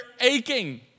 aching